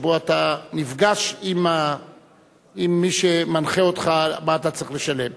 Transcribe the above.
שבו אתה נפגש עם מי שמנחה אותך מה אתה צריך לשלם.